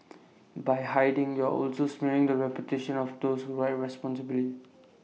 by hiding you're also smearing the reputation of those who ride responsibly